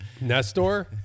Nestor